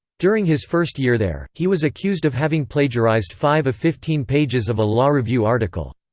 during his first year there, he was accused of having plagiarized five of fifteen pages of a law review article.